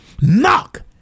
Knock